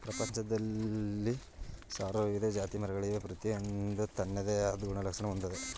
ಪ್ರಪಂಚ್ದಲ್ಲಿ ಸಾವ್ರಾರು ವಿವಿಧ ಜಾತಿಮರಗಳವೆ ಪ್ರತಿಯೊಂದೂ ತನ್ನದೇ ಆದ್ ಗುಣಲಕ್ಷಣ ಹೊಂದಯ್ತೆ